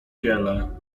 wiele